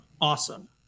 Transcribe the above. Awesome